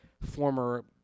former